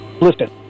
listen